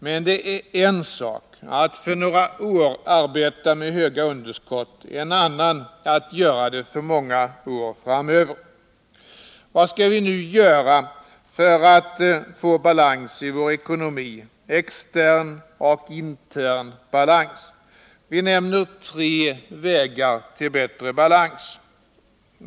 Men det är en sak att för några år arbeta med stora underskott, en annan att göra det många år framöver. Vad skall vi nu göra för att få balans i vår ekonomi, extern och intern balans? Vi nämner tre vägar till bättre balans.